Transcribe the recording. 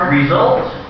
results